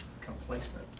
complacent